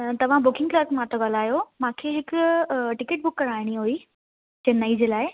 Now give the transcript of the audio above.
तव्हां booking clerk मां था ॻाल्हायो मूंखे हिकु अ टिकट बुक कराइणी हुई चैन्नई जे लाइ